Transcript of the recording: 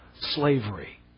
slavery